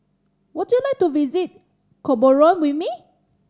would you like to visit Gaborone with me